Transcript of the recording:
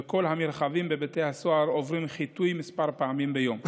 וכל המרחבים בבתי הסוהר עוברים חיטוי כמה פעמים ביום.